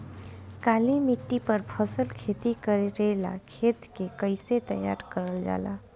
काली मिट्टी पर फसल खेती करेला खेत के कइसे तैयार करल जाला?